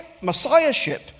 messiahship